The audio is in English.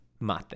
mate